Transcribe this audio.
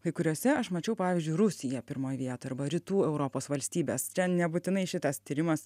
kai kuriose aš mačiau pavyzdžiui rusiją pirmoj vietoj arba rytų europos valstybes čia nebūtinai šitas tyrimas